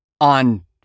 on